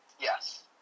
Yes